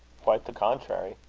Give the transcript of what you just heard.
quite the contrary.